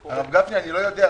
הישיבה נעולה.